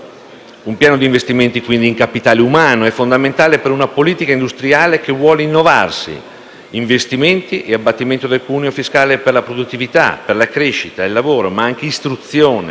Un piano d'investimenti in capitale umano, quindi, è fondamentale per una politica industriale che vuole innovare: investimenti e abbattimento del cuneo fiscale per la produttività, la crescita e il lavoro, ma anche istruzione,